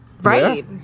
Right